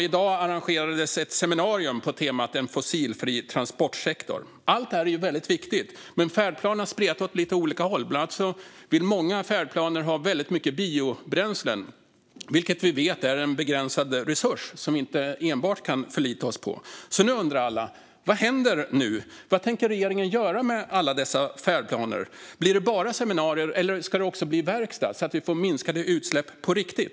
I dag arrangerades ett seminarium på temat En fossilfri transportsektor. Allt detta är väldigt viktigt. Men färdplanerna spretar åt lite olika håll. Bland annat vill man enligt många färdplaner ha väldigt mycket biobränslen, vilket vi vet är en begränsad resurs som vi inte enbart kan förlita oss på. Nu undrar alla: Vad händer nu? Vad tänker regeringen göra med alla dessa färdplaner? Blir det bara seminarier, eller ska det också bli verkstad så att vi får minskade utsläpp på riktigt?